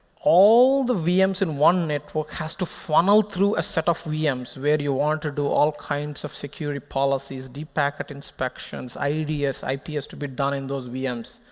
all the vms in one network has to funnel through a set of vms where you want to do all kinds of security policies, deep packet inspections, ids, ips to be done in those vms,